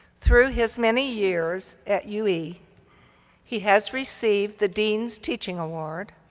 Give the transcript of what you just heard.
through his many years at ue, he he has received the dean's teaching award,